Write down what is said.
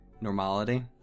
normality